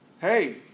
hey